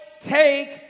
take